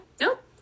nope